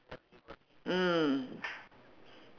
mm